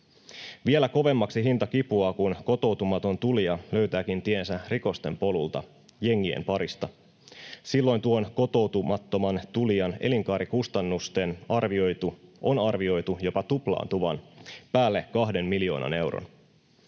Vielä kovemmaksi hinta kipuaa, kun kotoutumaton tulija löytääkin tiensä rikosten polulta, jengien parista. Silloin tuon kotoutumattoman tulijan elinkaarikustannusten on arvioitu jopa tuplaantuvan päälle kahden miljoonan euron.